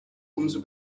umso